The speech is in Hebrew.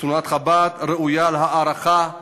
תנועת חב"ד ראויה להערכה,